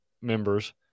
members